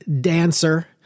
dancer